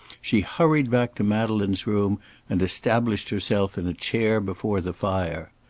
she hurried back to madeleine's room and established herself in a chair before the fire.